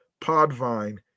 Podvine